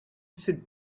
sit